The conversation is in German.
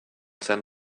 san